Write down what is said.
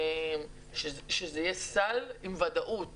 שיש סל עם ודאות